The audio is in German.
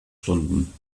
stunden